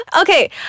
Okay